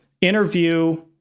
interview